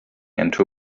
into